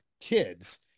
kids